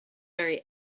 very